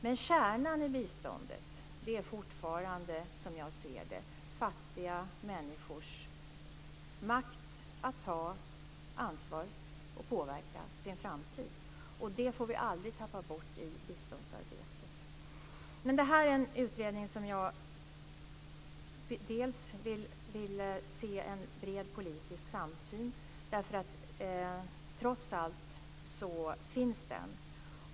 Men kärnan i biståndet är fortfarande, som jag ser det, fattiga människors makt att ta ansvar och påverka sin framtid, och det får vi aldrig tappa bort i biståndsarbetet. Det här är en utredning runt vilken jag vill se en bred politisk samsyn, och trots allt finns den.